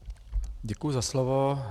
Děkuji za slovo.